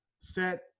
set